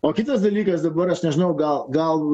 o kitas dalykas dabar aš nežinau gal gal